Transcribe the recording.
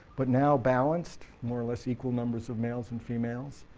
but now balanced, more or less equal numbers of males and females,